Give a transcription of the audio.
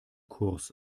kurs